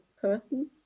person